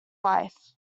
life